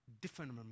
different